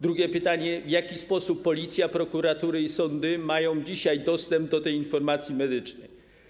Drugie pytanie: W jaki sposób Policja, prokuratury i sądy mają dzisiaj dostęp do tej informacji medycznej?